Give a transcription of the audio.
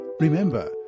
Remember